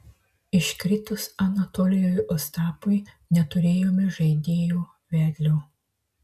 iškritus anatolijui ostapui neturėjome žaidėjo vedlio